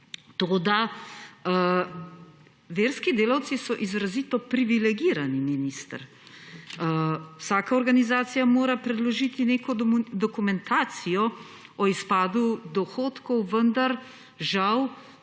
Toda verski delavci so izrazito privilegirani, minister. Vsaka organizacija mora predložiti neko dokumentacijo o izpadu dohodkov, vendar žal